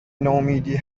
نومیدی